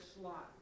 slot